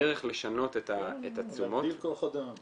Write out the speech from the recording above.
הדרך לשנות את התשומות -- להגדיל כוח אדם.